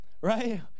right